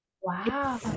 wow